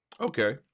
Okay